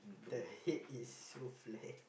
the head is so flat